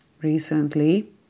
recently